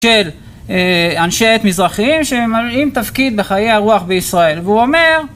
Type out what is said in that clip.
של אנשי עת מזרחיים שממלאים תפקיד בחיי הרוח בישראל והוא אומר